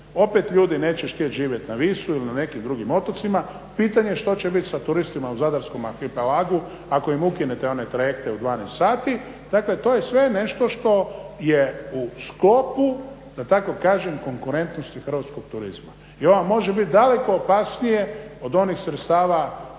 opet ljudi neće htjet živjet na Visu ili na nekim drugim otocima. Pitanje je što će bit sa turistima u zadarskom arhipelagu ako im ukinete one trajekte u 12 sati. Dakle, to je sve nešto što je u sklopu da tako kažem konkurentnosti hrvatskog turizma i ono vam može bit daleko opasnije od onih sredstava nego da